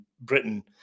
Britain